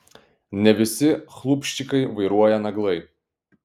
ne visi chlupščikai vairuoja naglai